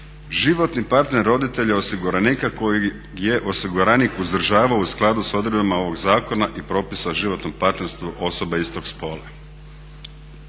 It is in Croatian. životni partner roditelja osiguranika kojeg je osiguranik uzdržavao u skladu s odredbama ovog zakona i propisa o životnom partnerstvu osoba istog spola.